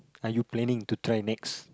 are you planning to try next